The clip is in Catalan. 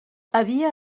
havia